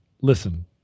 listen